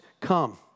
come